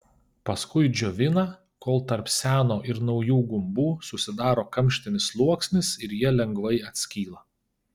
paskui džiovina kol tarp seno ir naujų gumbų susidaro kamštinis sluoksnis ir jie lengvai atskyla